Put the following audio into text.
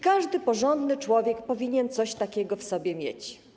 Każdy porządny człowiek powinien coś takiego w sobie mieć.